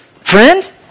friend